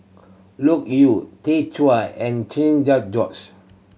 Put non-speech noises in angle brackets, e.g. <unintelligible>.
Loke Yew Tay Chua and <unintelligible>